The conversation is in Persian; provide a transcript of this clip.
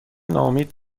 ناامید